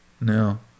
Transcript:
no